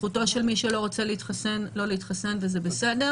זכותו של מי שלא רוצה להתחסן לא להתחסן, וזה בסדר,